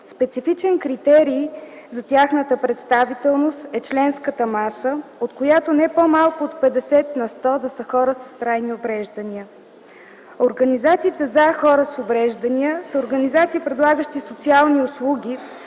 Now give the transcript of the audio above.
Специфичен критерий за тяхната представителност е членската маса, от която не по-малко от 50 на сто са хора с трайни увреждания. Организацията за хора с увреждания с организации предлагащи социални услуги,